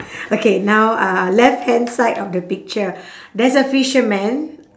okay now uh left hand side of the picture there's a fisherman